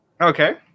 okay